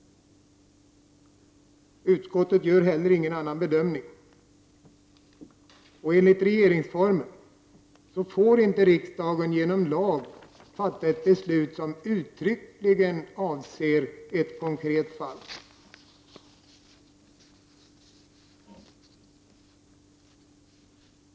Utskottet gör heller ingen annan bedömning. Enligt regeringsformen får inte riksdagen genom lag fatta ett beslut som uttryckligen avser ett konkret fall.